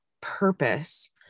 purpose